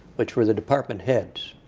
which was the department heads.